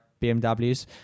BMWs